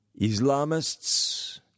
Islamists